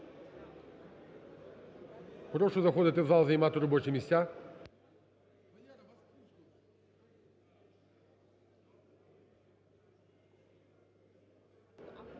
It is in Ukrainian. Прошу заходити в зал займати робочі місця.